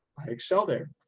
i excel there.